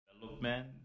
development